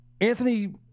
Anthony